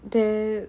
then